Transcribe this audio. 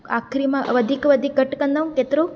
आख़िरी मां वधीक वधीक घटि कंदव केतिरो